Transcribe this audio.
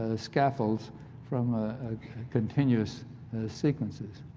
ah scaffolds from a continuous sequences.